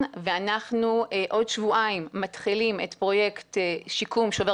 ואנחנו עוד שבועיים מתחילים את פרויקט שיקום שובר